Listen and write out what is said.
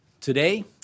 Today